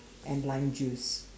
and lime juice